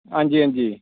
आं जी आं जी